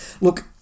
Look